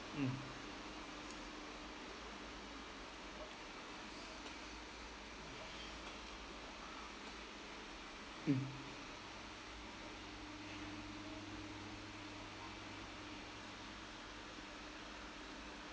mm mm